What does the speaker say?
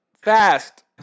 fast